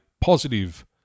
positive